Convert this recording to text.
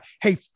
Hey